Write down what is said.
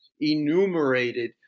enumerated